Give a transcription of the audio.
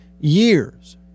years